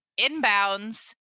inbounds